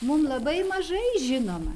mum labai mažai žinomą